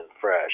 fresh